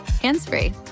hands-free